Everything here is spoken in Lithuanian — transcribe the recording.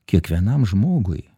kiekvienam žmogui